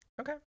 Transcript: Okay